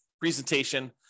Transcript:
presentation